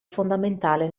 fondamentale